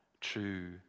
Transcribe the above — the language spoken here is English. true